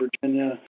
Virginia